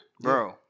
Bro